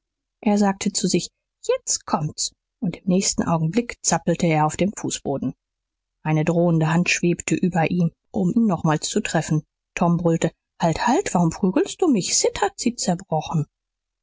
er sagte zu sich jetzt kommt's und im nächsten augenblick zappelte er auf dem fußboden eine drohende hand schwebte über ihm um ihn nochmals zu treffen tom brüllte halt halt warum prügelst du mich sid hat sie zerbrochen